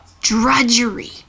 drudgery